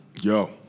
Yo